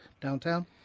downtown